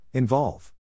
Involve